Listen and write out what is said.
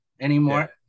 anymore